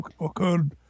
occurred